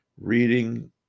reading